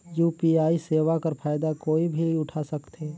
UPI सेवा कर फायदा कोई भी उठा सकथे?